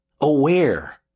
aware